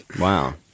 Wow